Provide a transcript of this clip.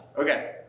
Okay